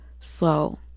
slow